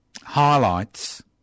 highlights